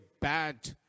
bad